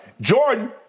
Jordan